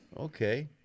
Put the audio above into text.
Okay